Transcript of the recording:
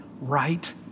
right